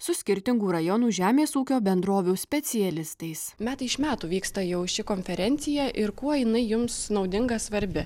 su skirtingų rajonų žemės ūkio bendrovių specialistais metai iš metų vyksta jau ši konferencija ir kuo jinai jums naudinga svarbi